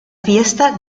fiesta